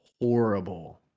horrible